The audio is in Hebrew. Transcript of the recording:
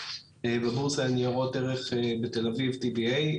בבורסה לניירות ערך בתל אביב tda.